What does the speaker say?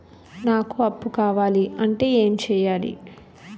నాకు అప్పు కావాలి అంటే ఎం చేయాలి?